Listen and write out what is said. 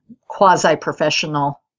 quasi-professional